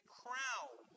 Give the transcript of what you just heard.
crown